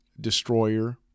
Destroyer